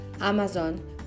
Amazon